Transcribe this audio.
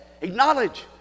acknowledge